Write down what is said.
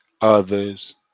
other's